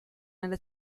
nella